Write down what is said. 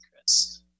Chris